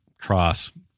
cross